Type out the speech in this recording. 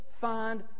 find